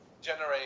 generate